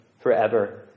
forever